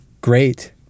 great